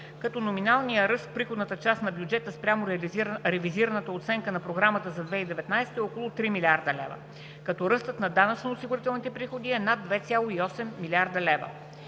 като номиналният ръст в приходната част на бюджета спрямо ревизираната оценка на Програмата за 2019 г. е от около 3 млрд. лв., като ръстът на данъчно-осигурителните приходи е над 2,8 млрд. лв.,